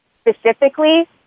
specifically